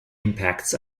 impacts